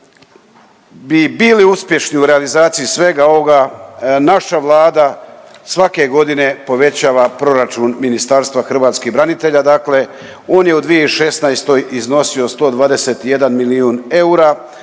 bi bili uspješni u realizaciji svega ovoga naša Vlada svake godine povećava proračun Ministarstva hrvatskih branitelja, dakle on je u 2016. iznosio 121 milijun eura,